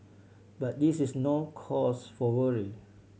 but this is no cause for worry